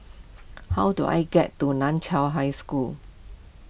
how do I get to Nan Chiau High School